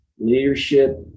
leadership